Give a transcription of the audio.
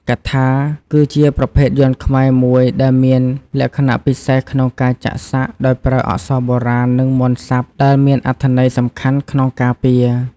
កៈថា គឺជាប្រភេទយ័ន្តខ្មែរមួយដែលមានលក្ខណៈពិសេសក្នុងការចាក់សាក់ដោយប្រើអក្សរបុរាណ និងមន្តសព្ទ ដែលមានអត្ថន័យសំខាន់ក្នុងការពារ។